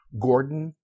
Gordon